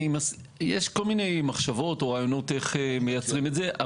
יש כל מיני מחשבות או רעיונות איך מייצרים את זה.